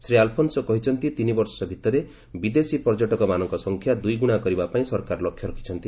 ଶ୍ରୀ ଆଲ୍ଫୋନ୍ନ କହିଛନ୍ତି ତିନି ବର୍ଷ ଭିତରେ ବିଦେଶୀ ପର୍ଯ୍ୟଟକମାନଙ୍କ ସଂଖ୍ୟା ଦ୍ୱିଗୁଣା କରିବା ପାଇଁ ସରକାର ଲକ୍ଷ୍ୟ ରଖିଛନ୍ତି